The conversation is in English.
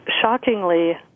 shockingly